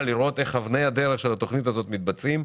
לראות איך אבני הדרך של התכנית הזאת מתבצעים.